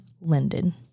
Linden